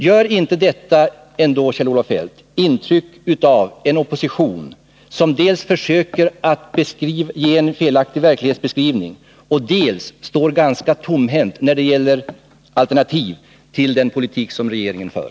Gör inte detta ändå, Kjell-Olof Feldt, intryck av en opposition som dels försöker göra en felaktig verklighetsbeskrivning, dels står ganska tomhänt när det gäller alternativ till den politik som regeringen för?